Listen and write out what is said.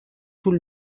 طول